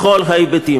בכל ההיבטים.